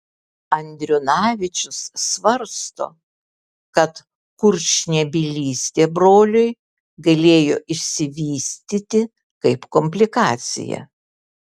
andriunavičius svarsto kad kurčnebylystė broliui galėjo išsivystyti kaip komplikacija